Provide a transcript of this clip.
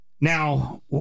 Now